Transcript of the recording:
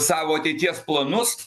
savo ateities planus